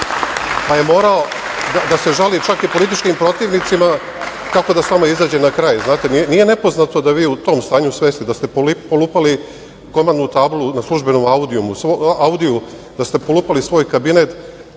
pa je morao da se žali čak i političkim protivnicima kako sa vama da izađe na kraj. Znate, nije nepoznato da ste vi u tom stanju svesti polupali komandnu tablu na službenom „Audiju“, da ste polupali svoj kabinet,